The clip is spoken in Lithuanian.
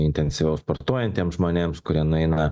intensyviau sportuojantiems žmonėms kurie nueina